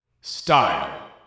Style